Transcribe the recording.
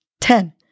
ten